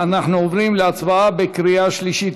אנחנו עוברים להצבעה בקריאה שלישית.